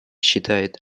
считает